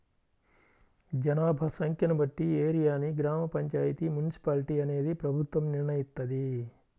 జనాభా సంఖ్యను బట్టి ఏరియాని గ్రామ పంచాయితీ, మున్సిపాలిటీ అనేది ప్రభుత్వం నిర్ణయిత్తది